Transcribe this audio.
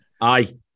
Aye